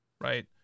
right